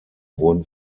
wurden